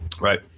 Right